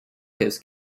his